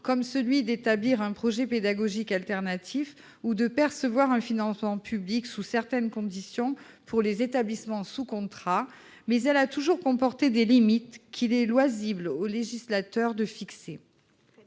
comme celui d'établir un projet pédagogique alternatif ou de percevoir un financement public dans certaines conditions pour les établissements sous contrat, mais elle a toujours comporté des limites qu'il est loisible au législateur de fixer.